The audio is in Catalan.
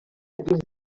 dins